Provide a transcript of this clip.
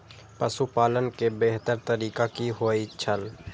पशुपालन के बेहतर तरीका की होय छल?